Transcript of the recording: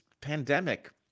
pandemic